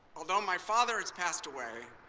although my father has passed away,